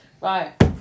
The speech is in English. Right